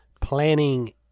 planning